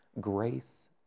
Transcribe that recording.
Grace